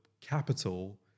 capital